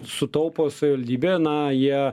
sutaupo savivaldybė na jie